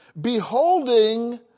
beholding